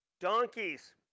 Donkeys